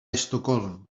estocolm